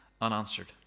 unanswered